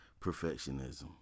Perfectionism